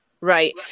Right